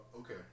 Okay